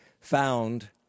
found